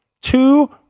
Two